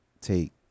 take